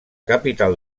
capital